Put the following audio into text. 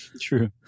True